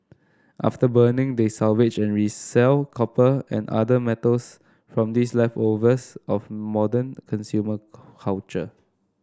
after burning they salvage and resell copper and other metals from these leftovers of modern consumer culture